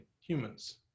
humans